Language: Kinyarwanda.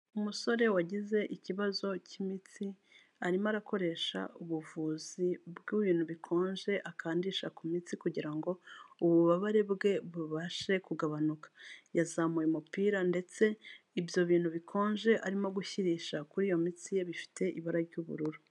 Uusore wagize ikibazo cy'imitsi, arimo arakoresha ubuvuzi bw'ibintu bikonje, akandisha ku mitsi kugira ngo ububabare bwe bubashe kugabanuka, yazamuye umupira ndetse ibyo bintu bikonje arimo gushyirisha kuri iyo mitsi ye, bifite ibara ry'ubururu.